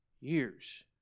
years